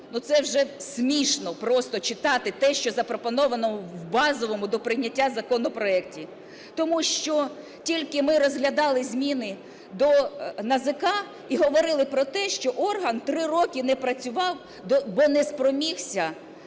це вже смішно просто читати те, що запропоновано в базовому до прийняття законопроекті. Тому що тільки ми розглядали зміни до НАЗК і говорили про те, що орган три роки не працював, бо не спромігся